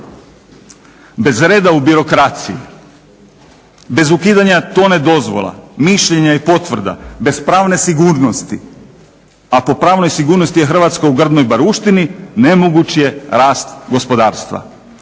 Bez reda u birokraciji, bez ukidanja tone dozvola, mišljenja i potvrda, bez pravne sigurnosti, a po pravnoj sigurnosti je Hrvatska u grdnoj baruštini nemoguć je rast gospodarstva